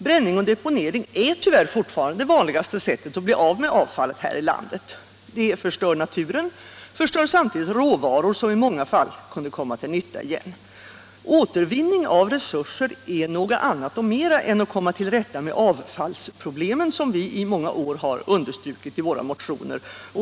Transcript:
Bränning och deponering är tyvärr fortfarande de vanligaste sätten att bli av med avfallet här i landet. Det förstör naturen och förstör samtidigt råvaror som i många fall kunde komma till nytta igen. Återvinning av resurser är något annat och mera än att komma till rätta med avfallsproblemen, såsom vi i många år har understrukit i våra motioner.